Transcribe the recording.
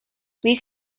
leads